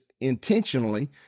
intentionally